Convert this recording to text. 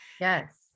Yes